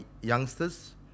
youngsters